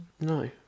No